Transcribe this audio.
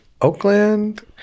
Oakland